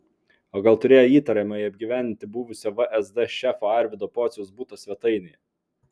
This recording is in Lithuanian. o gal turėjo įtariamąjį apgyvendinti buvusio vsd šefo arvydo pociaus buto svetainėje